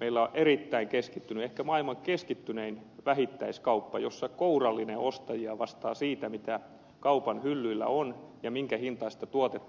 meillä on erittäin keskittynyt ehkä maailman keskittynein vähittäiskauppa jossa kourallinen ostajia vastaa siitä mitä kaupan hyllyillä on ja minkä hintaista tuotetta siellä on